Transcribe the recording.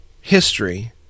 history